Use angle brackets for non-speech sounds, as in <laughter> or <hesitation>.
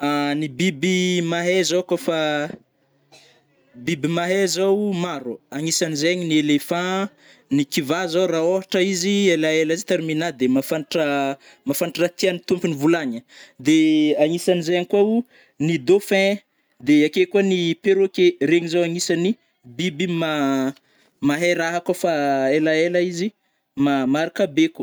<hesitation> Ny biby mahay zao kô fa, <hesitation> ny biby mahay zao maro, agnisan zegny ny elephant, ny kiva zao ra oatra izy elaela tsy tarimina de mafantatra <hesitation> -mafantatrà ra tiany tômpony volanignyde agnisan'zay koa o ny dauphin, de akeo koao ny perroquet regny zao agnisany biby ma- <hesitation> mahay raha kô fa <hesitation> elaela izy <hesitation> maharaka beko.